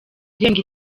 irenga